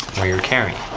when you're carrying